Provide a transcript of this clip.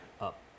up